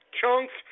chunks